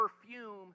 perfume